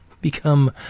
become